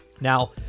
Now